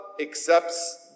accepts